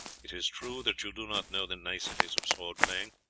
it is true that you do not know the niceties of sword-playing,